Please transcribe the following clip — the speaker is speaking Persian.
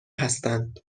هستند